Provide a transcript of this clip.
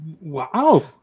Wow